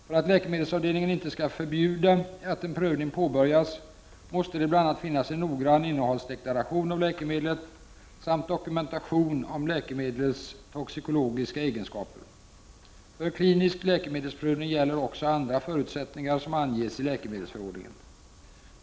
För att läkemedelsavdelningen inte skall förbjuda att en prövning påbörjas måste det bl.a. finnas en noggrann innehållsdeklaration av läkemedlet samt dokumentation om läkemedlets toxikologiska egenskaper. För klinisk läkemedelsprövning gäller också andra förutsättningar som anges i läkemedelsförordningen.